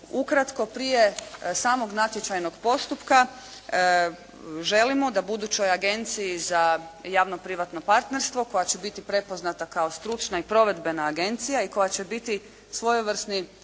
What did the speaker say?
ukratko prije samog natječajnog postupka, želimo da budućoj Agenciji za javno-privatno partnerstvo koja će biti prepoznata kao stručna i provedbena agencija i koja će biti svojevrsni,